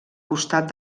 costat